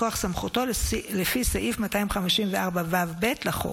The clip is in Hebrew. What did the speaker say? מכוח סמכותו לפי סעיף 254ו(ב) לחוק.